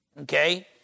Okay